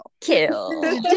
kill